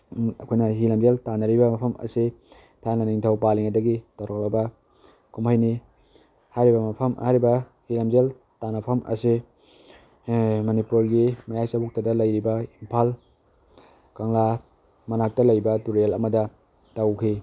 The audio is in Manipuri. ꯑꯩꯈꯣꯏꯅ ꯍꯤ ꯂꯝꯖꯦꯜ ꯇꯥꯟꯅꯔꯤꯕ ꯃꯐꯝ ꯑꯁꯤ ꯊꯥꯏꯅ ꯅꯤꯡꯊꯧ ꯄꯥꯜꯂꯤꯉꯩꯗꯒꯤ ꯇꯧꯔꯛꯂꯕ ꯀꯨꯝꯃꯩꯅꯤ ꯍꯥꯏꯔꯤꯕ ꯃꯐꯝ ꯍꯥꯏꯔꯤꯕ ꯍꯤ ꯂꯝꯖꯦꯜ ꯇꯥꯟꯅꯐꯝ ꯑꯁꯤ ꯃꯅꯤꯄꯨꯔꯒꯤ ꯃꯌꯥꯏ ꯆꯕꯨꯛꯇꯗ ꯂꯩꯔꯤꯕ ꯏꯝꯐꯥꯜ ꯀꯪꯂꯥ ꯃꯅꯥꯛꯇ ꯂꯩꯕ ꯇꯨꯔꯦꯜ ꯑꯃꯗ ꯇꯧꯈꯤ